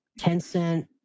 Tencent